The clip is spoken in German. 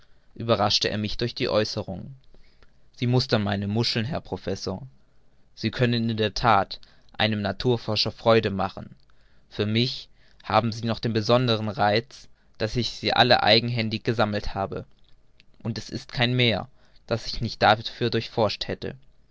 überraschte er mich durch die aeußerung sie mustern meine muscheln herr professor sie können in der that einem naturforscher freude machen für mich haben sie noch den besondern reiz daß ich sie alle eigenhändig gesammelt habe und es ist kein meer das ich nicht dafür durchforscht hätte